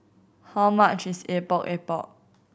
how much is Epok Epok